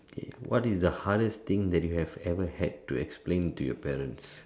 okay what is the hardest thing that you have ever had to explain to your parents